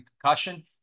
concussion